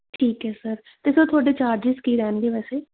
ਠੀਕ ਹੈ ਸਰ ਅਤੇ ਸਰ ਤੁਹਾਡੇ ਚਾਰਜਸ ਕੀ ਰਹਿਣਗੇ ਵੈਸੇ